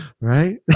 right